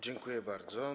Dziękuję bardzo.